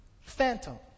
Phantom